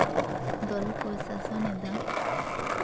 ᱫᱚᱞ ᱠᱚ ᱥᱟᱥᱚᱱᱮᱫᱟ